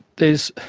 there's